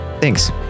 Thanks